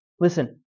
Listen